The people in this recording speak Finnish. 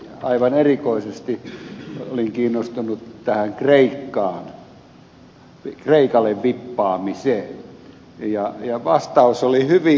aivan erikoisesti olin kiinnostunut tästä kreikalle vippaamisesta ja vastaus oli hyvin karu